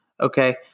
okay